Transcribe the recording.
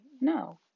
No